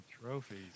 trophies